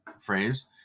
phrase